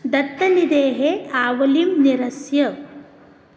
दत्तनिधेः आवलिं निरस्य